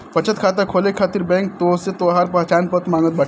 बचत खाता खोले खातिर बैंक तोहसे तोहार पहचान पत्र मांगत बाटे